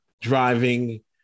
driving